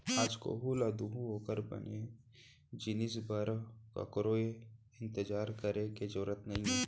आज कोहूँ ल दूद ओकर बने जिनिस बर ककरो इंतजार करे के जरूर नइये